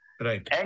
right